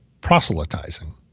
proselytizing